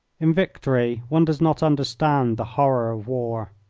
in victory one does not understand the horror of war.